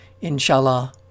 Inshallah